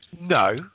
no